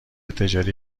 تجاری